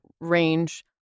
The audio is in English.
range